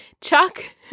Chuck